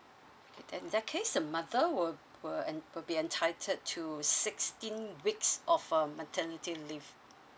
okay then in that case the mother will will en~ will be entitled to sixteen weeks of uh maternity leave